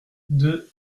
deux